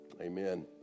Amen